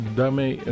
daarmee